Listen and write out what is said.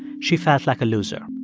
she felt like a loser.